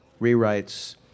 rewrites